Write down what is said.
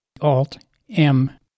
Alt-M